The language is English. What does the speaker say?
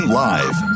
live